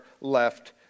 left